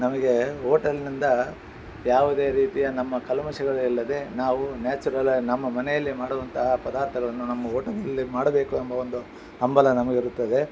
ನಮಗೆ ಹೋಟೆಲ್ನಿಂದ ಯಾವುದೇ ರೀತಿಯ ನಮ್ಮ ಕಲ್ಮಶಗಳಿಲ್ಲದೇ ನಾವು ನ್ಯಾಚುರಲ್ ನಮ್ಮ ಮನೆಯಲ್ಲಿ ಮಾಡುವಂತಹ ಪದಾರ್ಥಗಳನ್ನು ನಮ್ಮ ಹೋಟೆಲಿನಲ್ಲಿ ಮಾಡಬೇಕು ಎಂಬ ಒಂದು ಹಂಬಲ ನಮಗಿರುತ್ತದೆ